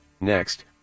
Next